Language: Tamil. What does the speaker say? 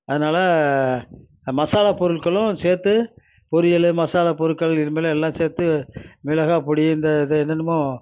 அதனால் மசாலாப் பொருட்களும் சேர்த்து பொரியல் மசாலாப் பொருட்கள் இது மேலே எல்லாம் சேர்த்து மிளகாப்பொடி இந்த இது என்னென்னமோ